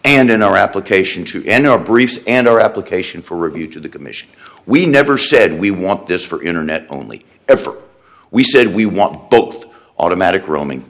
and in our application to enter our briefs and our application for review to the commission we never said we want this for internet only ever we said we want both automatic roaming